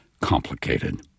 complicated